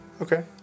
okay